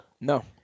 No